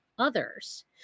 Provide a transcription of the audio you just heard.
others